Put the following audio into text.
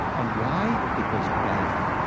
and why? because, bang,